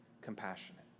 compassionate